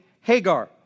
Hagar